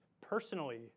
personally